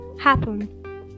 happen